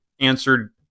answered